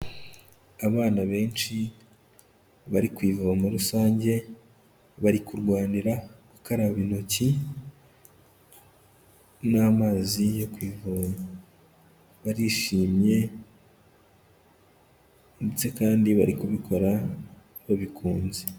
Abana benshi bari ku ivomo rusange, bari kurwanira gukaraba intoki n'amazi yo ku ivoma. Barishimye ndetse kandi bari kubikora babikunze.